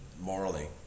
morally